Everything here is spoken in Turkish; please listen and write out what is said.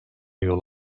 yol